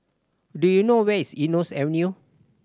do you know where is Eunos Avenue